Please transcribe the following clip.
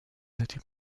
années